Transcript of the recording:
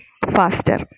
faster